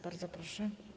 Bardzo proszę.